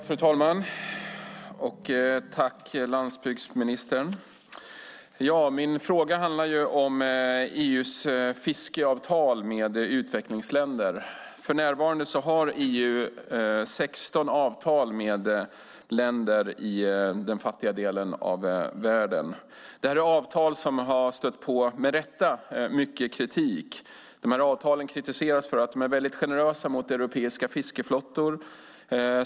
Fru talman! Tack, landsbygdsministern! Min fråga handlar om EU:s fiskeavtal med utvecklingsländer. För närvarande har EU 16 avtal med länder i den fattiga delen av världen. Det är avtal som, med rätta, har stött på mycket kritik. De här avtalen kritiseras för att de är väldigt generösa mot europeiska fiskeflottor.